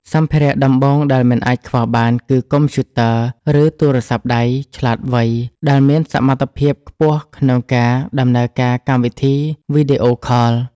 សម្ភារៈដំបូងដែលមិនអាចខ្វះបានគឺ កុំព្យូទ័រ ឬទូរស័ព្ទដៃឆ្លាតវៃដែលមានសមត្ថភាពខ្ពស់ក្នុងការដំណើរការកម្មវិធីវីដេអូខល។